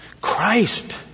Christ